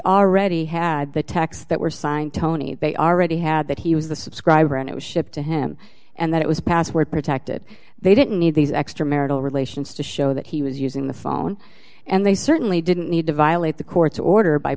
already had the tax that were signed tony they already had that he was the subscriber and it was shipped to him and that it was password protected they didn't need these extra marital relations to show that he was using the phone and they certainly didn't need to violate the court's order by